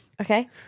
Okay